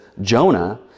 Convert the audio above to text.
Jonah